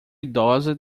idosa